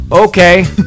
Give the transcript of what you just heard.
Okay